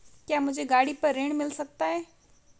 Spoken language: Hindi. क्या मुझे गाड़ी पर ऋण मिल सकता है?